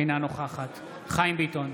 אינה נוכחת חיים ביטון,